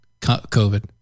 COVID